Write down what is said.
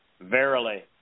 Verily